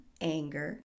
anger